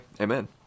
Amen